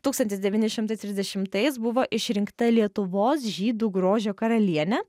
tūkstantis devyni šimtai trisdešimtais buvo išrinkta lietuvos žydų grožio karalienė